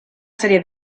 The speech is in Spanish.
serie